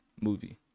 movie